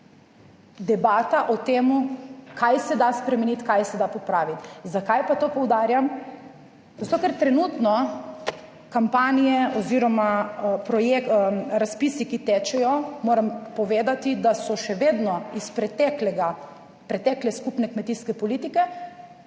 debata o tem kaj se da spremeniti, kaj se da popraviti. Zakaj pa to poudarjam? Zato, ker trenutno kampanje oziroma projekt, razpisi, ki tečejo, moram povedati, da so še vedno iz pretekle skupne kmetijske politike,